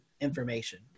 information